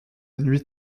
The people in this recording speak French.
nuit